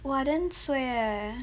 !wah! damn suay eh